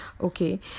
Okay